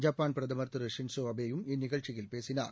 ஜப்பாளிய பிரதமர் திரு Shinzo Abe வும் இந்நிகழ்ச்சியில் பேசினார்